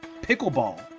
pickleball